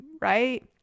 right